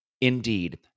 Indeed